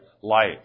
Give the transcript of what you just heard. life